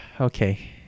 okay